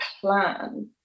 plan